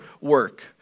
work